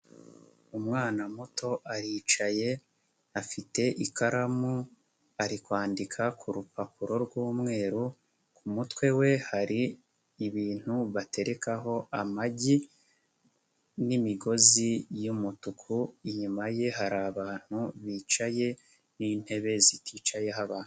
Umwana muto aricaye afite ikaramu ari kwandika kupapuro rw'umweru ku mutwe we hari ibintu baterekaho amagi n'imigozi y'umutuku, inyuma ye hari abantu bicaye n'intebe ziticayeho abantu.